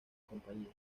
compañía